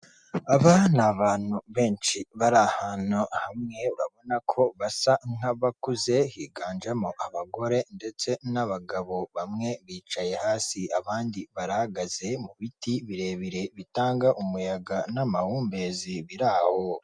Aba ni abantu benshi bari ahantu hamwe urabona ko basa nk'abakuze, higanjemo abagore ndetse n'abagabo. Bamwe bicaye hasi abandi bahagaze mu biti birebire bitanga umuyaga n'amahumbezi biri aho.